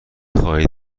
خواهید